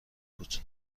بود